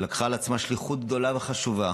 שלקחה על עצמה שליחות גדולה וחשובה